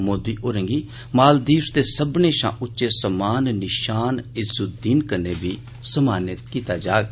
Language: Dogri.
मोदी होरें'गी मालदीव्स दे सब्मनें शा उच्चे सम्मान 'निशान इज़्जुद्दीन' कन्नै बी सम्मानित कीता जाग